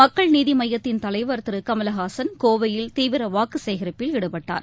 மக்கள் நீதி மையத்தின் தலைவர் திரு கமலஹாசன் கோவையில் தீவிர வாக்கு சேகரிப்பில் ஈடுபட்டார்